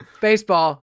baseball